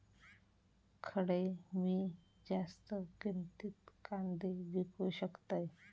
खडे मी जास्त किमतीत कांदे विकू शकतय?